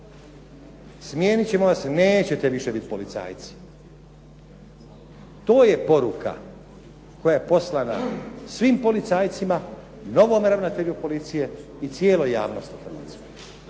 smijeniti ćemo vas, nećete više biti policajci. To je poruka koja je poslana svim policajcima, novom ravnatelju policije i cijeloj javnosti hrvatskoj.